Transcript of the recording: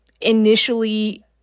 initially